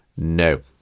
No